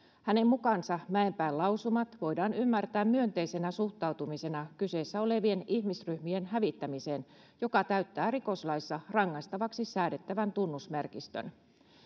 hänen mukaansa mäenpään lausumat voidaan ymmärtää myönteisenä suhtautumisena kyseessä olevien ihmisryhmien hävittämiseen joka täyttää rikoslaissa rangaistavaksi säädettävän tunnusmerkistön